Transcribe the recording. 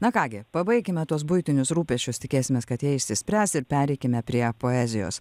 na ką gi pabaikime tuos buitinius rūpesčius tikėsimės kad jie išsispręs ir pereikime prie poezijos